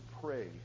pray